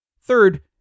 Third